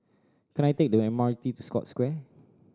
can I take the M R T to Scotts Square